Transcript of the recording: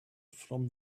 from